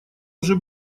уже